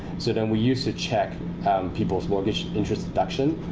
so then we used to check people's mortgage interest deduction.